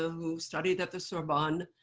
ah who studied at the sorbonne,